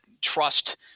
trust